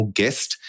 guest